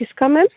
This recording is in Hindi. किसका मैम